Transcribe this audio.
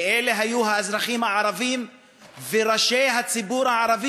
ואלה היו האזרחים הערבים וראשי הציבור הערבי,